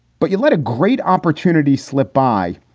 but you'll let a great opportunity slip by.